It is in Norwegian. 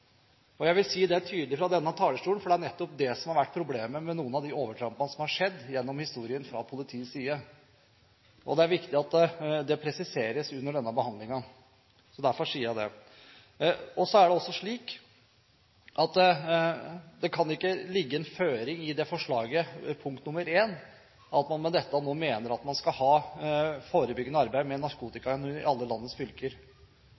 Jeg vil si dette tydelig fra denne talerstolen, for det er nettopp dette som har vært problemet med noen av de overtrampene som har skjedd gjennom historien fra politiets side. Det er viktig at dette presiseres under denne behandlingen. Derfor sier jeg det. Så er det også slik at det i I i forslaget ikke kan ligge den føring at man i alle landets fylker skal gjøre forebyggende arbeid med narkotikahund. Jeg tror det i mange sammenhenger og i mange fylker